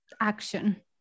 action